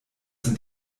sind